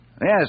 Yes